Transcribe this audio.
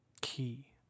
key